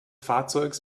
fahrzeugs